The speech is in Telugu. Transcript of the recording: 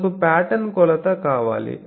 మనకు పాటర్న్ కొలత కావాలి